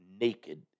naked